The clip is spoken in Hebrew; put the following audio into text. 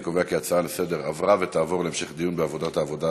אני קובע כי ההצעה לסדר התקבלה ותועבר להמשך דיון בוועדת העבודה,